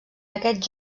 aquests